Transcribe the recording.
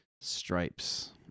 Stripes